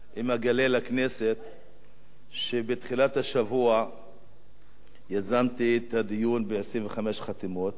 אם אגלה לכנסת שבתחילת השבוע יזמתי את הדיון ב-25 חתימות.